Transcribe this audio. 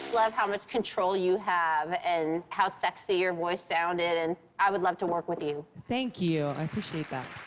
love how much control you have and how sexy your voice sounded, and i would love to work with you. thank you. i appreciate that.